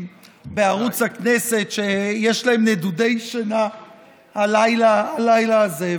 בערוץ הכנסת שיש להם נדודי שינה הלילה הזה.